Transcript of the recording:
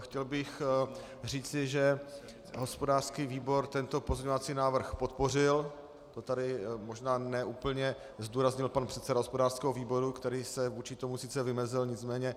Chtěl bych říci, že hospodářský výbor tento pozměňovací návrh podpořil, to tady možná ne úplně zdůraznil pan předseda hospodářského výboru, který se vůči tomu sice vymezil, nicméně